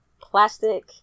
plastic